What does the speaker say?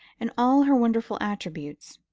and all her wonderful attributes.